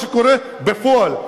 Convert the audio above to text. זה בדיוק מה שקורה בפועל.